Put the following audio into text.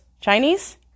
Chinese